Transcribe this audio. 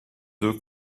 deux